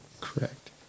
Correct